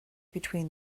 between